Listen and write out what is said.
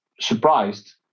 surprised